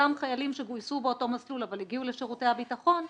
אותם חיילים שגויסו באותו מסלול אבל הגיעו לשירותי הביטחון,